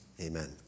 Amen